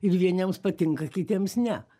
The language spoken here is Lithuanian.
ir vieniems patinka kitiems ne